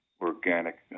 organic